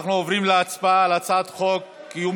אנחנו עוברים להצבעה על הצעת חוק קיום